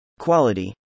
quality